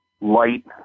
light